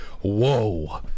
whoa